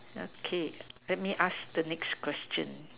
okay let me ask the next question